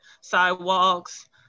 sidewalks